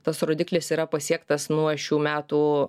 tas rodiklis yra pasiektas nuo šių metų